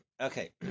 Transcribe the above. Okay